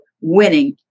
Winning